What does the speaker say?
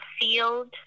field